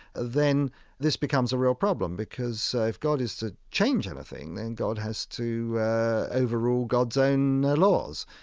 then this becomes a real problem, because if god is to change anything, then god has to overrule god's own laws,